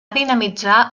dinamitzar